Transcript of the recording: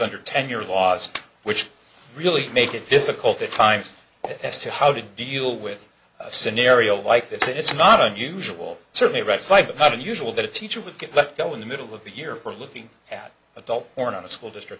under tenure laws which really make it difficult at times as to how to deal with a scenario like this it's not unusual certainly red flag not unusual that a teacher would get let go in the middle of the year for looking at adult porn on the school district